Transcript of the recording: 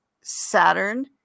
Saturn